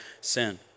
sin